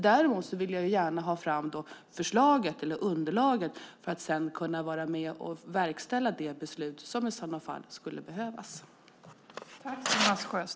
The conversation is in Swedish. Däremot vill jag gärna ha fram underlaget för att sedan kunna verkställa det beslut som i sådana fall skulle behövas.